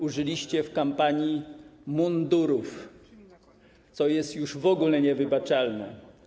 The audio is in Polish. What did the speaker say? Użyliście w kampanii mundurów, co jest już w ogóle niewybaczalne.